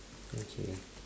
okay